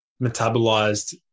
metabolized